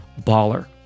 baller